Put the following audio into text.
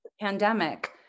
pandemic